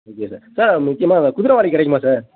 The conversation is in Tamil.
ஓகே சார் சார் முக்கியமாக குதிரைவாலி கிடைக்குமா சார்